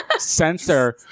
censor